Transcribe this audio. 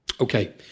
Okay